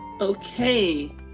Okay